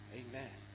amen